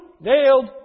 nailed